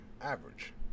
average